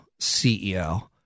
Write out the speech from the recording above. CEO